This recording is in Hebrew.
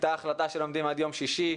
הייתה החלטה שלומדים עד יום שישי,